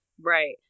right